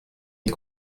ait